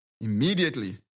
Immediately